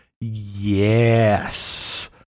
Yes